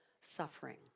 suffering